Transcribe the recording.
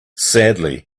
sadly